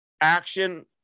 action